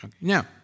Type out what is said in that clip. Now